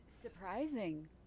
surprising